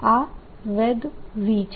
આ વેગ v છે